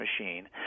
machine